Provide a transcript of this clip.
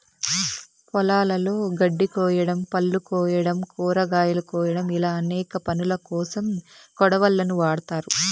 పొలాలలో గడ్డి కోయడం, పళ్ళు కోయడం, కూరగాయలు కోయడం ఇలా అనేక పనులకోసం కొడవళ్ళను వాడ్తారు